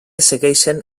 segueixen